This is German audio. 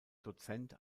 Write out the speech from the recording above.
dozent